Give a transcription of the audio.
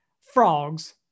frogs